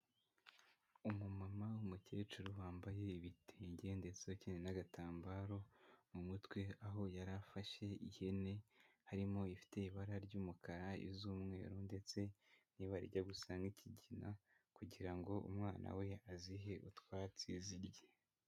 Umu mama w'umukecuru wambaye ibitenge ndetse akenyeye n'agatambaro mu mutwe, aho yari afashe ihene harimo ifite ibara ry'umukara iz'umweru ndetse nibarya gusa nki'ikigina kugira ngo umwana we azihe utwatsi zirye.